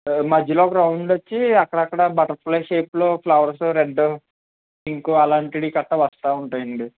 మధ్యలో ఒక రౌండ్ వచ్చి అక్కడక్కడ బటర్ ఫ్లై షేప్లో ఫ్లవర్సు రెడ్డు పింక్ అలాంటివి కట్టా వస్తా ఉంటాయండి